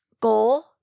goal